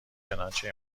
چنانچه